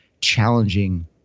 challenging